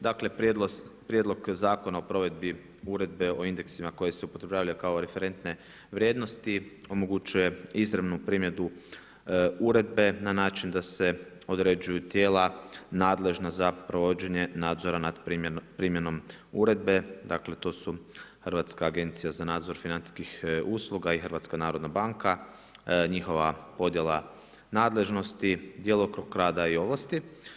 Dakle Prijedlog Zakona o provedbi Uredbe o indeksima koji se upotrebljavaju kao referentne vrijednosti omogućuje izravnu primjenu uredbe na način da se određuju tijela nadležna za provođenje nadzora nad primjenom uredbe, dakle to su Hrvatska agencija za nadzor financijskih usluga i HNB, njihova podjela nadležnosti, djelokrug rada i ovlasti.